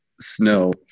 snow